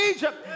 Egypt